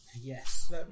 Yes